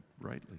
rightly